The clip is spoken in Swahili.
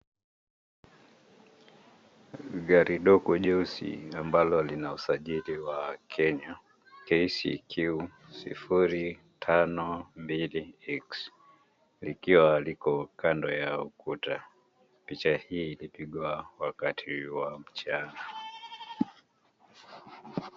Gari dogo jeusi ambalo lina usajili wa Kenya, KCQ 052X, likiwa liko kando ya ukuta. Picha hii ilipigwa wakati wa mchana.